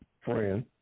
friend